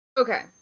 Okay